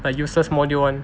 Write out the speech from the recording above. the useless module [one]